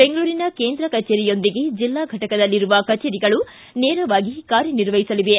ಬೆಂಗಳೂರಿನ ಕೇಂದ್ರ ಕಚೇರಿಯೊಂದಿಗೆ ಜಿಲ್ಲಾ ಫಟಕದಲ್ಲಿರುವ ಕಚೇರಿಗಳು ನೇರವಾಗಿ ಕಾರ್ಯನಿರ್ವಹಿಸಲಿವೆ